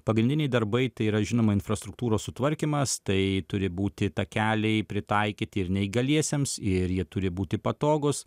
pagrindiniai darbai tai yra žinoma infrastruktūros sutvarkymas tai turi būti takeliai pritaikyti ir neįgaliesiems ir jie turi būti patogūs